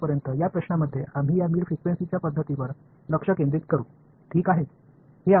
எனவே இந்த பாடத்திட்டத்தில் இடை அதிர்வெண் முறைகளில் கவனம் செலுத்துவோம் இதுவரை ஏதேனும் கேள்விகள் உள்ளதா